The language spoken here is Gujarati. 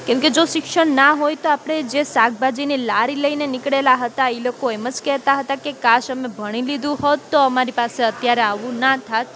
કેમ કે જો શિક્ષણ ન હોય તો આપણે જે શાકભાજીની લારી લઈને નીકળેલાં હતાં એ લોકો એમ જ કહેતાં હતાં કે કાશ અમે ભણી લીધું હોત તો અમારી પાસે અત્યારે આવું ન થાત